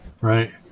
Right